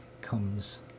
comes